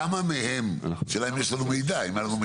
כמה מהם - השאלה אם יש לנו מידע